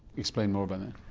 explain more but